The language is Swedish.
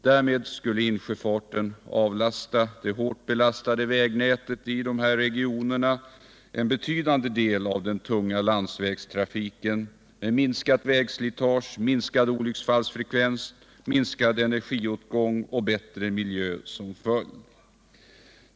Därmed skulle insjöfarten kunna avlasta det hårt belastade vägnätet i dessa regioner en betydande del av den tunga landsvägstrafiken med minskat vägslitage, minskad olycksfallsfrekvens, minskad energiåtgång och en bättre miljö som följd.